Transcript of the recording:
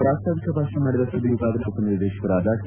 ಪ್ರಾಸ್ತಾವಿಕ ಭಾಷಣ ಮಾಡಿದ ಸುದ್ದಿ ವಿಭಾಗದ ಉಪನಿರ್ದೇತಕರಾದ ಟಿ